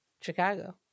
Chicago